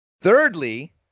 Thirdly